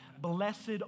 Blessed